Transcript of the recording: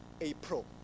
april